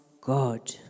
God